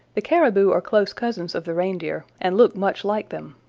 the caribou are close cousins of the reindeer and look much like them.